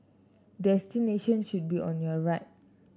destination should be on your right